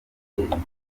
impinduka